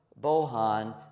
Bohan